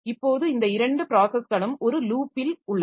இப்போது இந்த இரண்டு ப்ராஸஸ்களும் ஒரு லூப்பில் உள்ளன